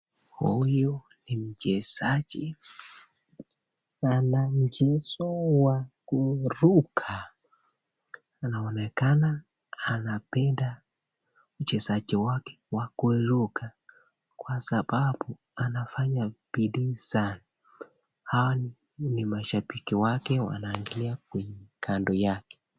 Huyu ni mchezaji ana mchezo wa kuruka anaonekana anapenda uchezaji wake wa kuruka kwa sababu anafanya bidii sana. Hawa wengini ni mashabiki wake wanaangalia kando yake.